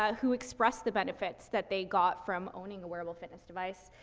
who expressed the benefits that they got from owning a wearable fitness device.